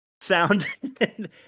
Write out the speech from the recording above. sound